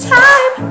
time